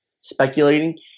speculating